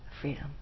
freedom